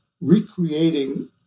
recreating